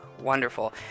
wonderful